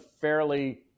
fairly